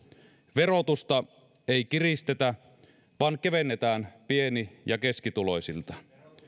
verotusta ei kiristetä vaan kevennetään pieni ja keskituloisilta